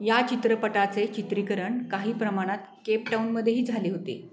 या चित्रपटाचे चित्रीकरण काही प्रमाणात केप टाऊनमध्येही झाले होते